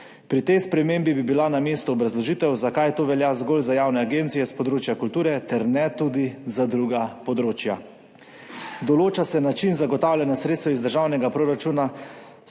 Pri tej spremembi bi bila na mestu obrazložitev, zakaj to velja zgolj za javne agencije s področja kulture ter ne tudi za druga področja. Določa se način zagotavljanja sredstev iz državnega proračuna